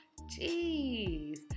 Jeez